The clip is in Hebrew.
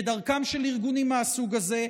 כדרכם של ארגונים מהסוג הזה,